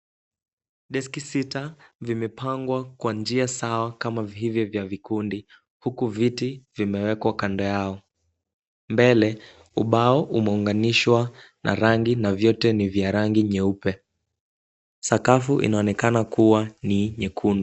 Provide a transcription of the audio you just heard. Deski sita vimepangwa kwa njia sawa kama vile vya vikundi, huku viti vimewekwa kando yao. Mbele ubao umeunganishwa na rangi na vyote ni vya rangi nyeupe. Sakafu inaonekana kuwa ni nyekundu.